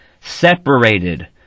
separated